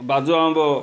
ବାଜ ଆମ୍ବ